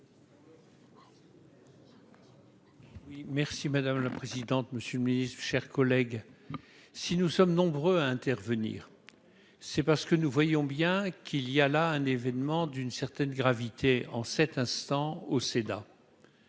Merci madame la présidente, monsieur le Ministre, chers collègues, si nous sommes nombreux à intervenir, c'est pas ce que nous voyons bien qu'il y a là un événement d'une certaine gravité, en cet instant au Sénat.